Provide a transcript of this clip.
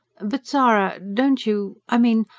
but zara, don't you. i mean.